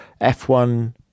F1